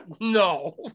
no